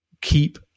keep